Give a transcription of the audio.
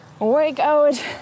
workout